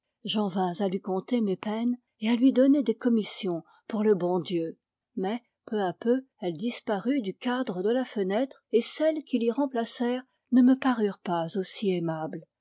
j'en vins à lui conter mes peines et à lui donner des commissions pour le bon dieu mais peu à peu elle disparut du cadre de la fenêtre et celles qui l'y remplacèrent ne me parurent pas aussi aimables